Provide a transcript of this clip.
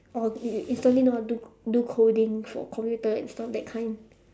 or you instantly know how to do do coding for computer and stuff that kind